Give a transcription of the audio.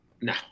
No